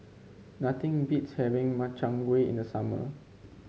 nothing beats having Makchang Gui in the summer